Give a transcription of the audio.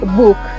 book